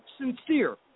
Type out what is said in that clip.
sincere